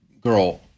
girl